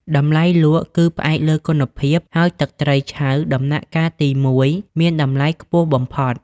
តម្លៃលក់ គឺផ្អែកលើគុណភាព ហើយទឹកត្រីឆៅដំណាក់កាលទីមួយមានតម្លៃខ្ពស់បំផុត។